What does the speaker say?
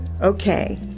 Okay